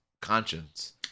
conscience